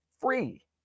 Free